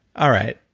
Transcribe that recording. all right.